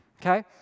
Okay